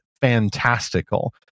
fantastical